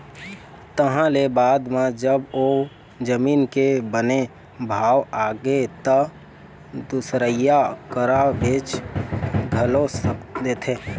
तहाँ ले बाद म जब ओ जमीन के बने भाव आगे त दुसरइया करा बेच घलोक देथे